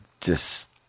just-